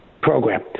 program